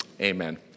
amen